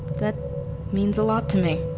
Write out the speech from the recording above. that means a lot to me.